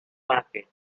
market